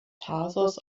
thasos